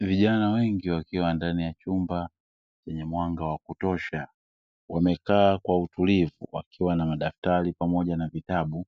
Vijana wengi wakiwa ndani ya chumba chenye mwanga wa kutosha, wamekaa kwa utulivu wakiwa na madaftari pamoja na vitabu;